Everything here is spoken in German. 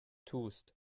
tust